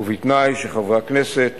ובתנאי שחברי הכנסת